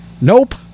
Nope